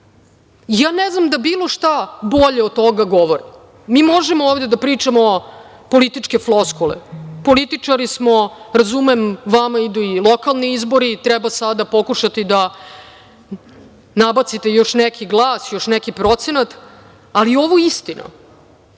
Ne znam da bilo šta bolje od toga govori. Mi možemo ovde da pričamo političke floskule. Političari smo, razumem, vama idu i lokalni izbori, treba sada pokušati da nabacite još neki glas, još neki procenat, ali ovo je istina. Kada